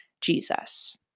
Jesus